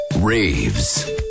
Raves